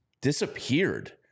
disappeared